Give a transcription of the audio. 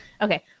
Okay